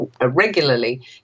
regularly